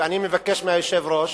ואני מבקש מהיושב-ראש